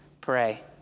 pray